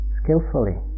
skillfully